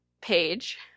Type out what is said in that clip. page